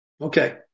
Okay